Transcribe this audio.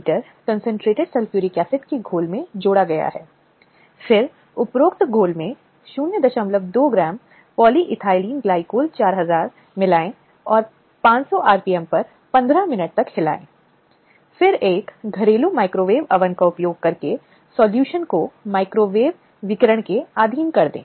तो जो मानता है कि वह यौन उत्पीड़न के अधीन है ऐसी महिलाओं को एक पीड़ित महिला के रूप में जाना जाएगा और ऐसी पीड़ित महिलाएं कार्रवाई का कारण बन सकती हैं और इसमें सभी श्रेणियों के लोग या महिलाएं शामिल हैं नियमित कर्मचारी अस्थायी कर्मचारी तदर्थ श्रमिक दैनिक वेतन भोगी संविदाकर्मी यहां तक कि यह काम सीखने के लिये नियुक्त प्रशिक्षुओं प्रशिक्षणार्थी प्रशिक्षुओं और छात्र को भी सम्मिलित करता है